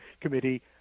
committee